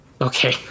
okay